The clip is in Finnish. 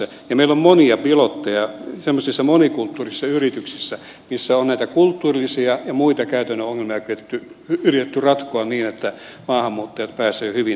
meillä on monia pilotteja tämmöisissä monikulttuurisissa yrityksissä missä on näitä kulttuurisia ja muita käytännön ongelmia yritetty ratkoa niin että maahanmuuttajat pääsevät hyvin työelämään kiinni